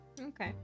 Okay